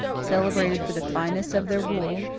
celebrated for the fineness of their wool,